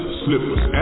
slippers